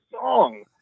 song